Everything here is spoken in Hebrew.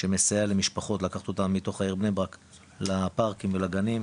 שמסייע למשפחות לקחת אותם מתוך העיר בני ברק לפארקים ולגנים,